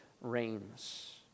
reigns